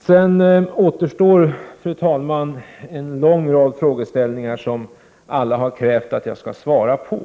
Fru talman! Det återstår en lång rad frågor som man har krävt att jag skall svara på.